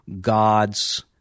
God's